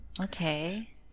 Okay